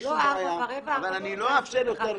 קצר ולא אתפוס זמן רב